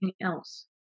else